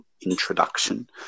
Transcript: introduction